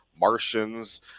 martians